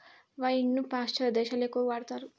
wine ను పాశ్చాత్య దేశాలలో ఎక్కువగా వాడతారు